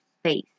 space